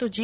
તો જી